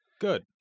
Good